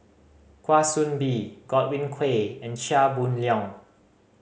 Kwa Soon Bee Godwin Koay and Chia Boon Leong